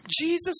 Jesus